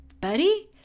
buddy